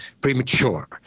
premature